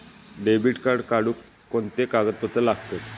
Debit card काढुक कोणते कागदपत्र लागतत?